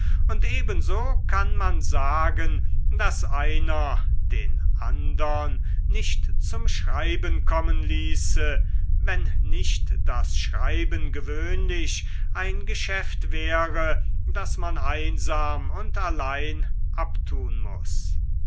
und ebenso kann man sagen daß einer den andern nicht zum schreiben kommen ließe wenn nicht das schreiben gewöhnlich ein geschäft wäre das man einsam und allein abtun muß